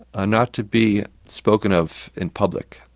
are not to be spoken of in public.